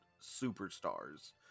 superstars